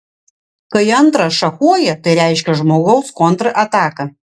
kai antras šachuoja tai reiškia žmogaus kontrataką